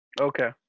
Okay